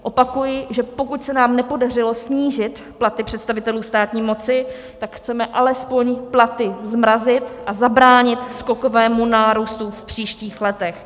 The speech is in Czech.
Opakuji, že pokud se nám nepodařilo snížit platy představitelů státní moci, tak chceme alespoň platy zmrazit a zabránit skokovému nárůstu v příštích letech.